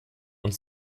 und